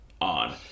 on